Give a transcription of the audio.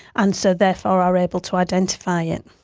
and so therefore are able to identify it.